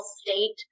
state